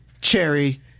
Cherry